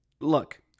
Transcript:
look